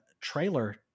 trailer